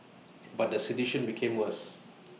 but the situation became worse